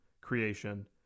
creation